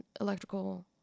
electrical